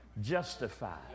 justified